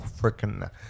freaking